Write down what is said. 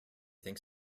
think